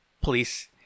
police